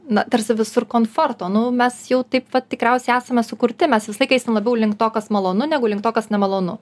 na tarsi visur komforto nu mes jau taip vat tikriausiai esame sukurti mes visą laiką eisim labiau link to kas malonu negu link to kas nemalonu